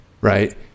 Right